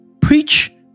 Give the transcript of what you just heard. Preach